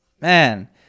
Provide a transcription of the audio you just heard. man